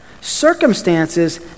circumstances